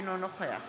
אינו נוכח